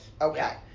Okay